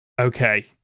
Okay